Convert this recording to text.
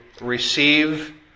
receive